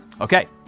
Okay